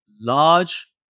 large